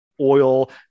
oil